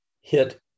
hit